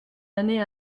années